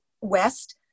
west